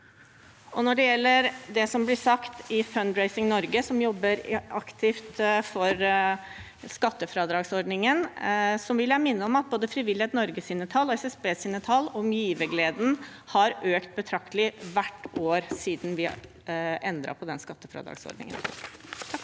Når det gjelder det som blir sagt om Fundraising Norge, som jobber aktivt for skattefradragsordningen, vil jeg minne om at både Frivillighet Norges tall og SSBs tall om givergleden har økt betraktelig hvert år siden vi endret på skattefradragsordningen.